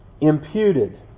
imputed